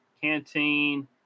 canteen